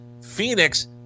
Phoenix